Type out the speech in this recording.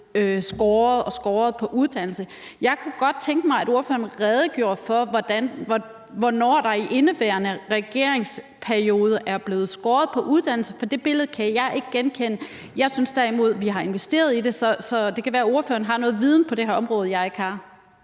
skåret og skåret. Jeg kunne godt tænke mig, at ordføreren redegjorde for, hvornår der i indeværende regeringsperiode er blevet skåret ned på uddannelser, for det billede kan jeg ikke genkende. Jeg synes derimod, at vi har investeret i det. Så det kunne være, at ordføreren har noget viden på det her område, jeg ikke har.